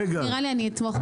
נראה לי שאני אתמוך בך.